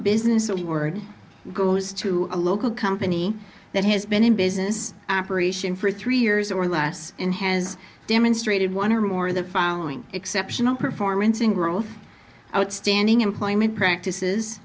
business the word goes to a local company that has been in business operation for three years or last in has demonstrated one or more of the following exceptional performance in growth outstanding employment practices